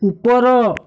ଉପର